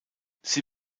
sie